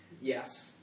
Yes